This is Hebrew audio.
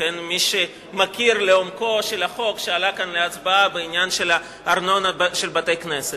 למי שמכיר לעומקו את החוק שעלה כאן להצבעה בעניין הארנונה של בתי-כנסת.